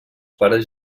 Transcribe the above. pares